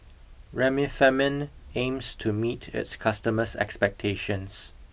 Remifemin aims to meet its customers' expectations